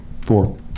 Four